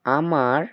আমার